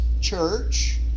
church